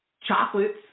chocolates